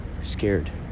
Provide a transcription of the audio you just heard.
scared